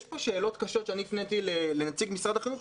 יש פה שאלות קשות שאני הפניתי לנציג משרד החינוך,